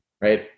right